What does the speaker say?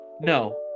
No